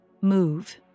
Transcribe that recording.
move